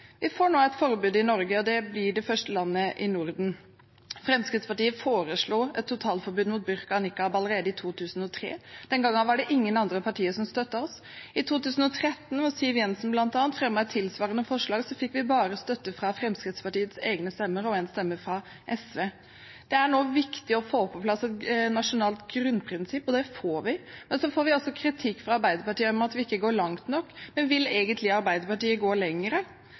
Vi får nå et forbud i Norge, som det første landet i Norden. Fremskrittspartiet foreslo et totalforbud mot burka og nikab allerede i 2003. Den gangen var det ingen andre partier som støttet oss. I 2013, da Siv Jensen, bl.a., fremmet et tilsvarende forslag, fikk vi bare støtte fra Fremskrittspartiets egne stemmer og én stemme fra SV. Det er nå viktig å få på plass et nasjonalt grunnprinsipp, og det får vi. Men så får vi altså kritikk fra Arbeiderpartiet for at vi ikke går langt nok. Men vil Arbeiderpartiet egentlig gå